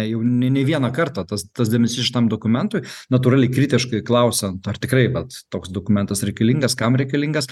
jau ne ne vieną kartą tas tas dėmesys šitam dokumentui natūraliai kritiškai klausiant ar tikrai vat toks dokumentas reikalingas kam reikalingas